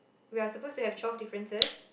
we're supposed to have twelve differences